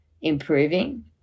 improving